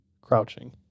crouching